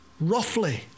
roughly